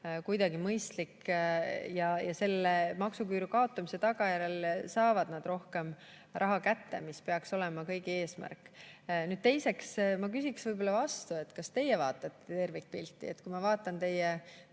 kuidagi mõistlik. Maksuküüru kaotamise tagajärjel saavad nad rohkem raha kätte, mis peaks olema kõigi eesmärk. Teiseks, ma küsin vastu, kas teie vaatate tervikpilti. Kui ma vaatan teie